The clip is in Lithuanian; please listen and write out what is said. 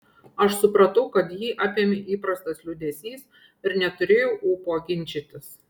aš supratau kad jį apėmė įprastas liūdesys ir neturėjau ūpo ginčytis